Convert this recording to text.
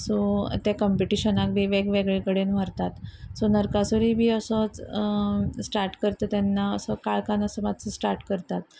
so त्या कम्पिटिशनाक बी वेगवेगळे कडेन व्हरतात सो नरकासुरी बी असोच स्टार्ट करता तेन्ना असो काळकान असो मात्सो स्टार्ट करतात